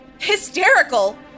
Hysterical